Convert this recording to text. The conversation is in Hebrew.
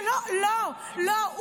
לא, לא.